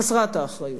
חסרת האחריות.